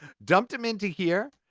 dumped em into here,